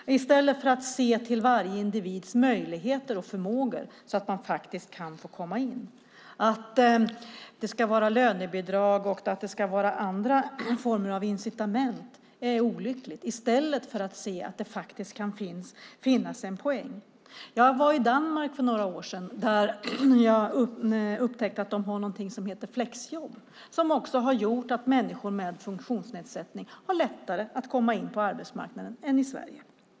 I stället borde man se till varje individs möjligheter och förmågor så att man kan få komma in. Att det ska vara lönebidrag och andra former av incitament är olyckligt. I stället borde man se att det kan finnas en poäng. Jag var i Danmark för några år sedan och upptäckte att man där har något som heter flexjobb. Det har gjort att människor med funktionsnedsättning har lättare att komma in på arbetsmarknaden där än i Sverige.